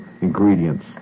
ingredients